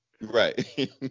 Right